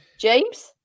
James